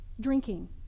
drinking